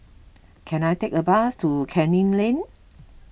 can I take a bus to Canning Lane